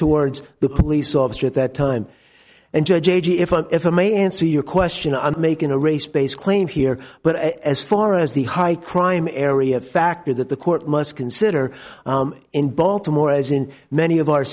towards the police officer at that time and judge if i'm a answer your question i'm making a race based claim here but as far as the high crime area factor that the court must consider in baltimore as in many of our